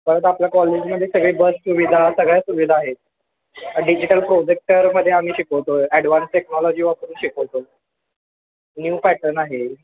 परत आपल्या कॉलेजमध्ये सगळी बस सुविधा सगळ्या सुविधा आहेत डिजिटल प्रोजेक्टरमध्ये आम्ही शिकवतो ॲडव्हान्स टेक्नॉलॉजी वापरून शिकवतो न्यू पॅटर्न आहे